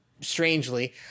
strangely